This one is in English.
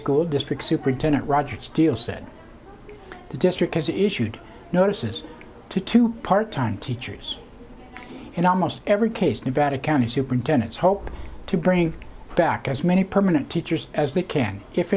school district superintendent roger steele said the district has issued notices to two part time teachers in almost every case nevada county superintendents hope to bring back as many permanent teachers as they can dif